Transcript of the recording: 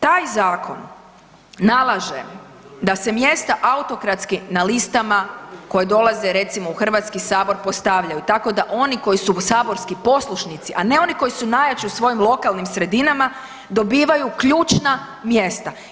Taj zakon nalaže da se mjesta autokratski na listama koje dolaze recimo u Hrvatski sabor postavljaju tako da oni koji su saborski poslušnici, a ne oni koji su najjači u svojim lokalnim sredinama dobivaju ključna mjesta.